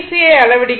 யை அளவிடுகிறது